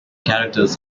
characters